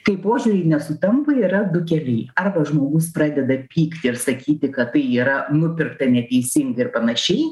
kai požiūriai nesutampa yra du keliai arba žmogus pradeda pykti ir sakyti kad tai yra nupirkta neteisingi ir panašiai